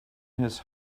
his